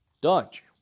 Dodge